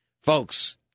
folks